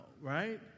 right